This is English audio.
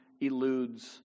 eludes